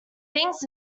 things